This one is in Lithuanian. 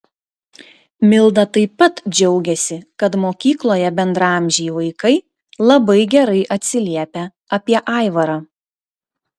milda taip pat džiaugiasi kad mokykloje bendraamžiai vaikai labai gerai atsiliepia apie aivarą